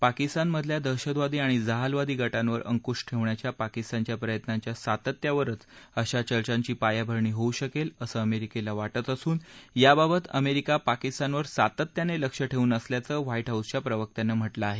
पाकिस्तान मधल्या दहशतवादी आणि जहालवादी गटांवर अंकुश ठेवण्याच्या पाकिस्तानच्या प्रयत्नांच्या सातत्यावरच अशा चर्चांची पायभरणी होऊ शकेल असं अमेरिकेला वाटत असून याबाबत अमेरिका पाकिस्तानंवर सातत्याने लक्ष ठेवून असल्याचं व्हा डि हाऊसच्या प्रवक्त्यानं म्हटलं आहे